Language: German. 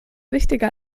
wichtiger